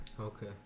Okay